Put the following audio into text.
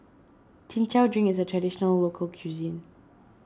Chin Chow Drink is a Traditional Local Cuisine